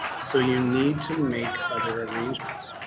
so you need to make other arrangements.